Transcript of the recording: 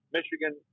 Michigan